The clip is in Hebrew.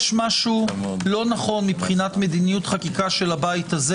יש משהו לא נכון מבחינת מדיניות חקיקה של הבית הזה